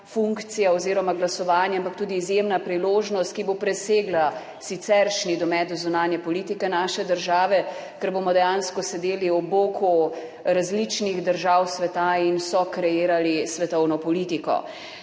funkcija oziroma glasovanje, ampak tudi izjemna priložnost, ki bo presegla siceršnji domet zunanje politike naše države, ker bomo dejansko sedeli ob boku različnih držav sveta in sokreirali svetovno politiko.